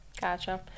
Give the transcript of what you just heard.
gotcha